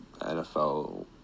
NFL